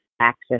access